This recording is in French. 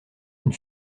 une